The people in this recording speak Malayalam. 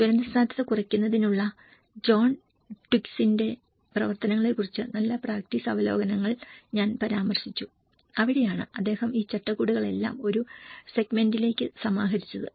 ദുരന്തസാധ്യത കുറയ്ക്കുന്നതിനുള്ള ജോൺ ട്വിഗ്സിന്റെ പ്രവർത്തനത്തെക്കുറിച്ചുള്ള നല്ല പ്രാക്ടീസ് അവലോകനങ്ങൾ ഞാൻ പരാമർശിച്ചു അവിടെയാണ് അദ്ദേഹം ഈ ചട്ടക്കൂടുകളെല്ലാം ഒരു സെഗ്മെന്റിലേക്ക് സമാഹരിച്ചത്